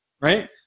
Right